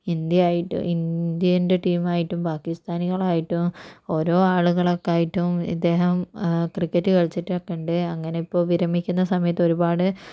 ഇന്ത്യായിട്ടും ഇന്ത്യേൻ്റെ ടീമായിട്ടും പാകിസ്താനികളായിട്ടും ഓരോ ആളുകളൊക്കായിട്ടും ഇദ്ദേഹം ക്രിക്കറ്റ് കളിച്ചിട്ടൊക്കെയുണ്ട് അങ്ങനെ ഇപ്പ വിരമിക്കുന്ന സമയത്ത് ഒരുപാട്